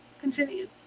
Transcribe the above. Continue